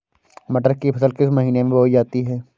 मटर की फसल किस महीने में बोई जाती है?